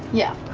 yeah.